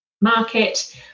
market